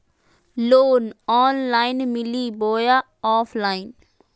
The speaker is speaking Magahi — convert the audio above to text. लोन ऑनलाइन मिली बोया ऑफलाइन?